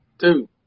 two